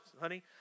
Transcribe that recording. honey